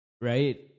right